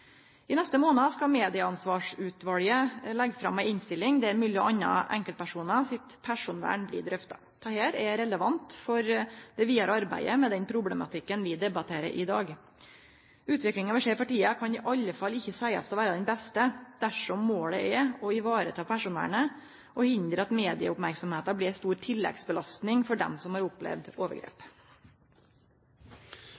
I neste månad skal medieansvarsutvalet leggje fram ei innstilling der m.a. enkeltpersonar sitt personvern blir drøfta. Dette er relevant for det vidare arbeidet med den problematikken vi debatterer i dag. Utviklinga vi ser for tida, kan i alle fall ikkje seiast å vere den beste dersom målet er å vareta personvernet og hindre at mediemerksemda blir ei stor tilleggsbelastning for dei som har opplevd overgrep.